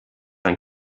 ein